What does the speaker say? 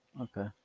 okay